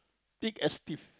thick a stiff